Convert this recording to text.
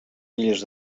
illes